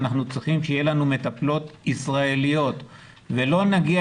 אנחנו צריכים שיהיו לנו מטפלות ישראליות ולא נגיע